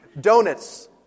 Donuts